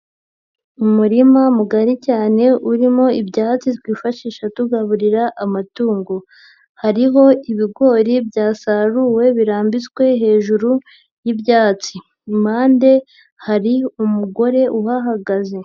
Umurima mugari cyane urimo ibyatsi twifashisha tugaburira amatungo, hariho ibigori byasaruwe birambitswe hejuru y'ibyatsi, impande hari umugore uhahagaze.